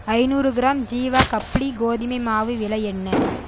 ஐந்நூறு கிராம் ஜீவா கப்லி கோதுமை மாவு விலை என்ன